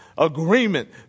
agreement